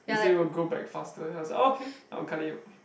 they say will grow back faster and I was like okay I'll cut it off